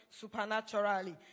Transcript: supernaturally